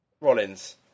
Rollins